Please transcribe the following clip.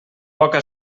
poca